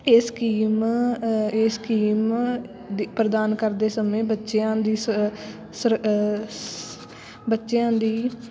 ਇਹ ਸਕੀਮ ਇਹ ਸਕੀਮ ਪ੍ਰਦਾਨ ਕਰਦੇ ਸਮੇਂ ਬੱਚਿਆਂ ਦੀ ਸਰ ਸਰ ਸ ਬੱਚਿਆਂ ਦੀ